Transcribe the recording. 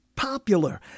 popular